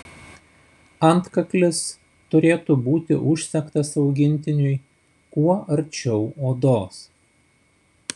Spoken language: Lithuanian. antkaklis turėtų būti užsegtas augintiniui kuo arčiau odos